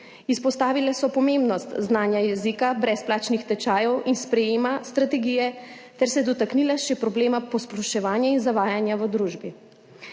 Izpostavile so pomembnost znanja jezika, brezplačnih tečajev in sprejema strategije ter se dotaknile še problema posploševanja in zavajanja v družbi.